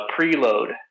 preload